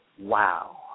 wow